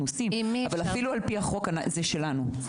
עושים אבל אפילו על פי החוק זה שלנו.